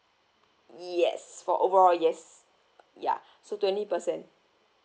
yes for overall yes ya so twenty percent